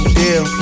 deal